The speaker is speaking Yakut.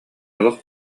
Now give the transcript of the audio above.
олох